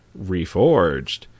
Reforged